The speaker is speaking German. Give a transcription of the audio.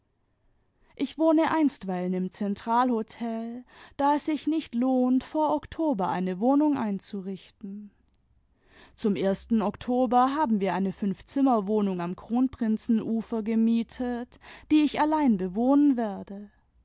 ich wohne einstweilen ini zentralhotel da es sich nicht lohnt vor oktober eine wohnung einzurichten zum ersten oktober haben wir eine fünfzimmerwohnung am kronprinzenufer gemietet die ich allein bewohnen werde